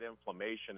inflammation